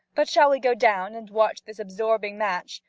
but shall we go down and watch this absorbing match?